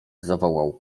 zawołał